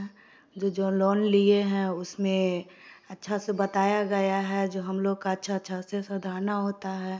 जो जो लोन लिए हैं उसमें अच्छे से बताया गया है जो हम लोगों का अच्छा अच्छा से रहना होता है